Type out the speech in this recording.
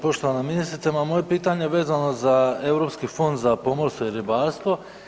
Poštovana ministrice ma moje pitanje je vezano za Europski fond za pomorstvo i ribarstvo.